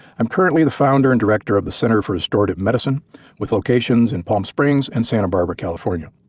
i'm currently the founder and director of the center for restorative medicine with locations in palm springs and santa barbara california.